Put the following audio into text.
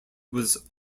was